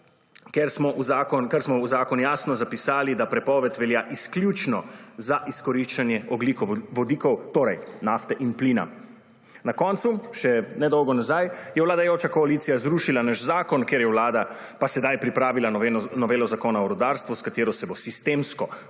ker smo v zakon jasno zapisali, da prepoved velja izključno za izkoriščanje ogljikovodikov, torej nafte in plina. Na koncu, še nedolgo nazaj, je vladajoča koalicija zrušila naš zakon ker je Vlada pa sedaj pripravila novelo Zakona o rudarstvu, s katero se bo sistemsko onemogočil